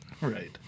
Right